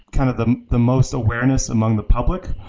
kind of the the most awareness among the public.